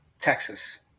Texas